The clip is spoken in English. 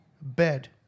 bed